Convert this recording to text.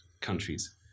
countries